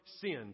sinned